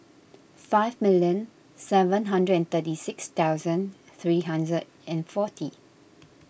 five million seven hundred and thirty six thousand three hundred and forty